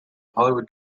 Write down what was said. hollywood